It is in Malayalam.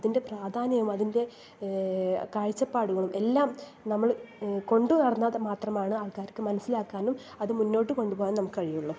അതിന്റെ പ്രാധാന്യം അതിന്റെ കാഴ്ചപ്പാടുകളും എല്ലാം നമ്മൾ കൊണ്ടു വന്നാൽ മാത്രമാണ് ആൾക്കാർക്ക് മനസ്സിലാക്കാനും നമുക്ക് മുൻപോട്ട് കൊണ്ടുപോകാനും നമുക്ക് കഴിയുള്ളൂ